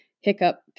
hiccup